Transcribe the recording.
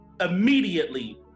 immediately